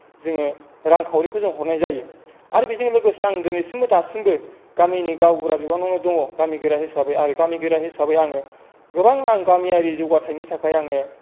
जोङो रांखावरिखौ जोङो हरनाय जायो आरो बेजों लोगोसे आं दिनैसिमबो दासिमबो गामिनि गावबुरा बिबानावनो दङ गामि गोरा हिसाबै आरो गामिगोरा हिसाबै जोङो गोबां गामियारि जौगाथायनि थाखाय आङो